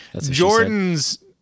Jordan's